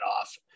off